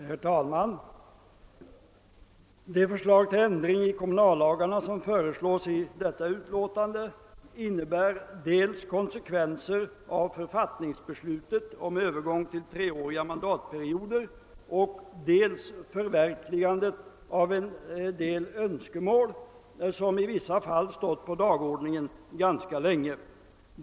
Herr talman! Det förslag till ändring i kommunallagarna som behandlas i utskottsutlåtandet är dels en konsekvens av författningsbeslutet om övergång till treåriga mandatperioder, dels ett förverkligande av en del önskemål som i vissa fall ganska länge stått på dagordningen.